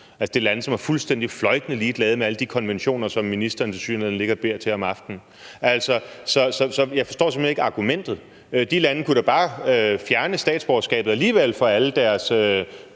Det er lande, som er fuldstændig fløjtende ligeglade med alle de konventioner, som ministeren tilsyneladende ligger og beder til om aftenen. Så jeg forstår simpelt hen ikke argumentet. De lande kunne da bare fjerne statsborgerskabet til alle deres